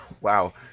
wow